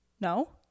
No